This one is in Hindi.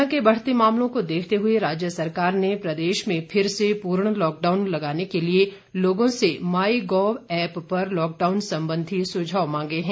कोरोना के बढ़ते मामलों को देखते हुए राज्य सरकार ने प्रदेश में फिर से पूर्ण लॉकडाउन लगाने के लिए लोगों से मॉय गोव एप्प पर लॉकडाउन संबंधी सुझाव मांगे हैं